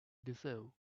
deserve